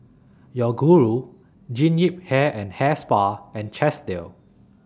Yoguru Jean Yip Hair and Hair Spa and Chesdale